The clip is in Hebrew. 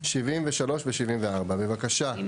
73 ו-74, בבקשה, כן.